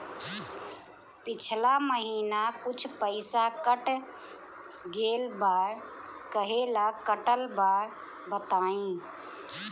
पिछला महीना कुछ पइसा कट गेल बा कहेला कटल बा बताईं?